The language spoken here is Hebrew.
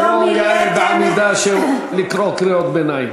זה לא יאה בעמידה לקרוא קריאות ביניים.